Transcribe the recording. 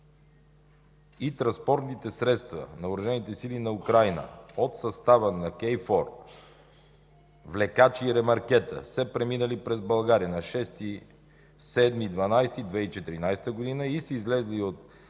и транспортните средства на Въоръжените сили на Украйна от състава на KFOR – влекачи и ремаркета, са преминали през България на 6 7 декември 2014 г. и са излезли от